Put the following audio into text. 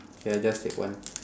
K I just take one